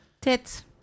Tits